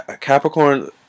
Capricorn